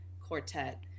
quartet